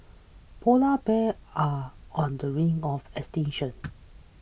Polar Bears are on the brink of extinction